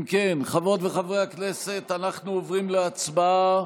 אם כן, חברות וחברי הכנסת, אנחנו עוברים להצבעה